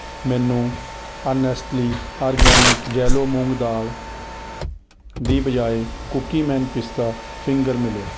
ਮੈਨੂੰ honestly organic yellow moong dal ਦੀ ਬਜਾਏ ਕੁਕੀ ਮੈਨ ਪਿਸਤਾ ਫਿੰਗਰ ਮਿਲਿਆ